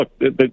Look